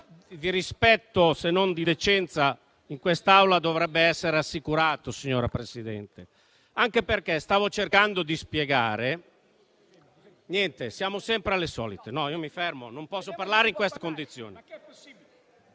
di rispetto, se non di decenza, in quest'Aula dovrebbe essere assicurato, signora Presidente. Stavo cercando di spiegare… *(Commenti)*. Niente, siamo sempre alle solite. Io mi fermo. Non posso parlare in queste condizioni.